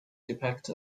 depict